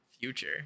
Future